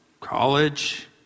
college